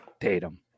Tatum